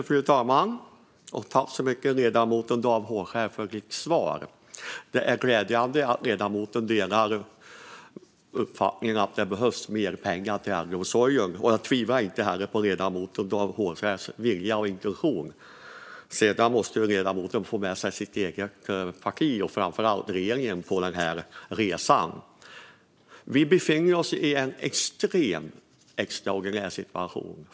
Fru talman! Tack så mycket, ledamoten Dan Hovskär, för svaret! Det är glädjande att ledamoten delar uppfattningen att det behövs mer pengar till äldreomsorgen. Jag tvivlar inte heller på ledamotens vilja och intention. Sedan måste ju ledamoten få med sig sitt eget parti och framför allt regeringen på den här resan. Vi befinner oss i en extremt extraordinär situation.